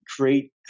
create